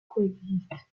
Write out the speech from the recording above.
coexistent